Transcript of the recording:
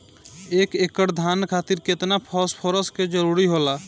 एक एकड़ धान खातीर केतना फास्फोरस के जरूरी होला?